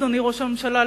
אדוני ראש הממשלה,